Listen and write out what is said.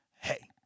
hey